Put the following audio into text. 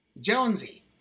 Jonesy